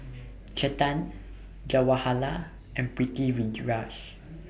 Chetan Jawaharlal and Pritiviraj